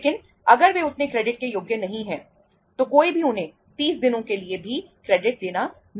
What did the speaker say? लेकिन अगर वे उतने क्रेडिट के योग्य नहीं हैं तो कोई भी उन्हें 30 दिनों के लिए भी क्रेडिट देना नहीं चाहेगा